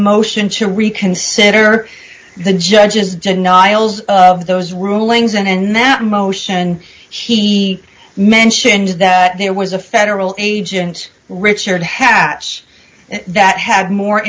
motion to reconsider the judge's denials of those rulings and that motion he mentioned that there was a federal agent richard hatch that had more